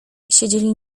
siedzieli